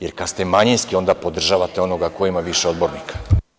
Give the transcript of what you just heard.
Jer, kada ste manjinski onda podržavate onoga ko ima više odbornika.